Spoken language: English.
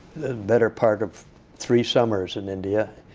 better part of three summers in india.